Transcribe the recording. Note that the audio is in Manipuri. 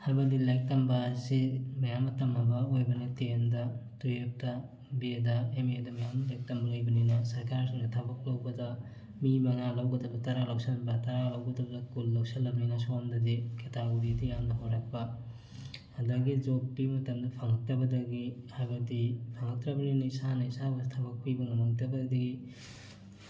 ꯍꯥꯏꯕꯗꯤ ꯂꯥꯏꯔꯤꯛ ꯇꯝꯕ ꯑꯁꯤ ꯃꯌꯥꯝ ꯑꯃ ꯇꯝꯃꯕ ꯑꯣꯏꯕ ꯅꯠꯇꯦ ꯇꯦꯟꯗ ꯇꯨꯌꯦꯜꯞꯇ ꯕꯤ ꯑꯦꯗ ꯑꯦꯝ ꯑꯦꯗ ꯃꯌꯥꯝ ꯂꯥꯏꯔꯤꯛ ꯇꯝꯕ ꯂꯩꯕꯅꯤꯅ ꯁꯔꯀꯥꯔꯁꯤꯡꯅ ꯊꯕꯛ ꯂꯧꯕꯗ ꯃꯤ ꯃꯉꯥ ꯂꯧꯒꯗꯕꯗ ꯇꯔꯥ ꯂꯧꯁꯟꯕ ꯇꯔꯥ ꯂꯧꯒꯗꯕꯗ ꯀꯨꯟ ꯂꯧꯁꯜꯂꯕꯅꯤꯅ ꯁꯣꯝꯗꯗꯤ ꯀꯦꯇꯥꯒꯣꯔꯤꯗ ꯌꯥꯝꯅ ꯍꯣꯔꯛꯄ ꯑꯗꯒꯤ ꯖꯣꯕ ꯄꯤꯕ ꯃꯇꯝꯗ ꯐꯪꯉꯛꯇꯕꯗꯒꯤ ꯍꯥꯏꯕꯗꯤ ꯐꯪꯉꯛꯇ꯭ꯔꯕꯅꯤꯅ ꯏꯁꯥꯅ ꯏꯁꯥꯕꯨ ꯊꯕꯛ ꯄꯤꯕ ꯉꯝꯃꯛꯇꯕꯗꯒꯤ